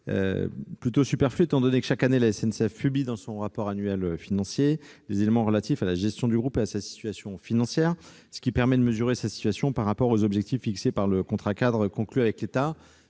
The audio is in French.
paraît superflue, étant donné que, chaque année, la SNCF publie dans son rapport financier les éléments relatifs à la gestion du groupe et à sa situation financière, ce qui permet de mesurer d'éventuels écarts par rapport aux objectifs fixés par le contrat-cadre conclu avec l'État.